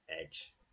edge